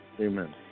Amen